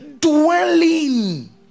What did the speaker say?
dwelling